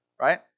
Right